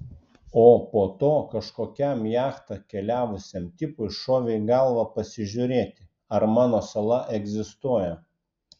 o po to kažkokiam jachta keliavusiam tipui šovė į galvą pasižiūrėti ar mano sala egzistuoja